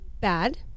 bad